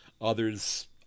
others